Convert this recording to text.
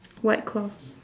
white cloth